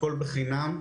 הכול בחינם,